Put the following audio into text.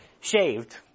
shaved